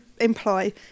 imply